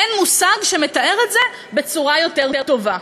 אין מושג שמתאר את זה בצורה יותר טובה.